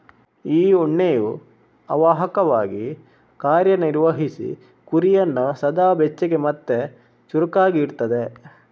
ಈ ಉಣ್ಣೆಯು ಅವಾಹಕವಾಗಿ ಕಾರ್ಯ ನಿರ್ವಹಿಸಿ ಕುರಿಯನ್ನ ಸದಾ ಬೆಚ್ಚಗೆ ಮತ್ತೆ ಚುರುಕಾಗಿ ಇಡ್ತದೆ